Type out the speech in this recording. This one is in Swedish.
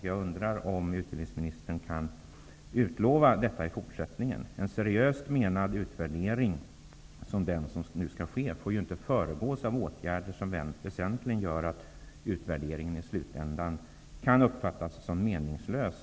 Jag undrar om utbildningsministern kan utlova detta i fortsättningen. Vid en seriöst menad utvärdering, som den som nu skall ske, får man inte gå hanteringen i förväg så att utvärderingen föregås av åtgärder som väsentligen gör att utvärderingen i slutändan kan uppfattas som meningslös.